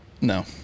No